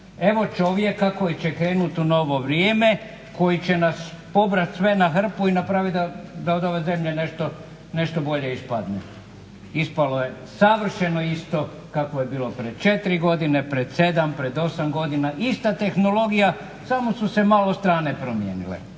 evo čovjeka koji će krenuti u novo vrijeme, koji će nas pobrat sve na hrpu i napraviti da od ove zemlje nešto bolje ispadne. Ispalo je savršeno isto kakvo je bilo pred 4 godine, pred 7, pred 8 godina. Ista tehnologija, samo su se malo strane promijenile.